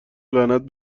لعنت